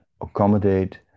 accommodate